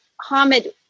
Hamid